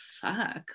fuck